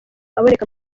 aboneka